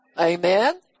Amen